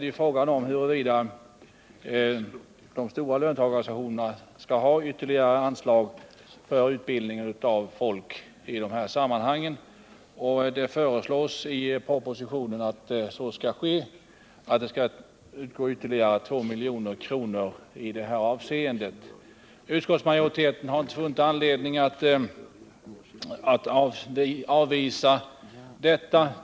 Men frågan gäller nu om de stora löntagarorganisationerna skall få ytterligare anslag för utbildning av personer i dessa sammanhang. Det föreslås i propositionen 1978/79:162 att det skall utgå ytterligare 2 milj.kr. för detta ändamål. Utskottsmajoriteten har inte funnit anledning att avvisa detta förslag.